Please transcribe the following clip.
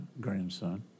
grandson